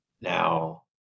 now